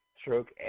stroke